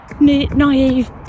naive